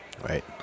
Right